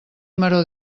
maror